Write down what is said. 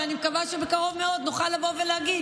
ואני מקווה שבקרוב מאוד נוכל לבוא ולהגיד